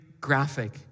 graphic